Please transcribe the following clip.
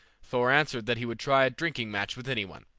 thor answered that he would try a drinking-match with any one.